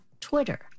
Twitter